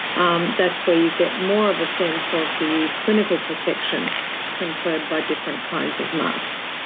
um that's where you get more of a sense of the clinical protection conferred by different kinds of masks.